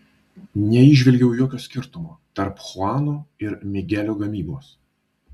neįžvelgiau jokio skirtumo tarp chuano ir migelio gamybos